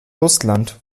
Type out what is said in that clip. russland